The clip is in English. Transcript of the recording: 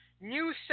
new